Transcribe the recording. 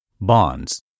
Bonds